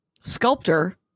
sculptor